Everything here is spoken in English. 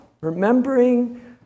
Remembering